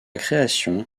création